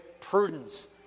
prudence